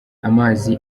amazi